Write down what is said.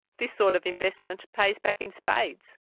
this sort of investment pays back in spades.